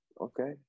Okay